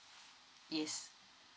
yes